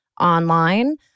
online